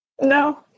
No